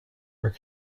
are